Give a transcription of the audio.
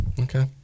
Okay